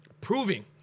proving